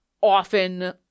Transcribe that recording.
often